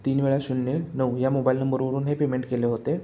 तीन वेळा शून्य नऊ या मोबाईल नंबरवरून हे पेमेंट केले होते